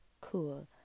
Cool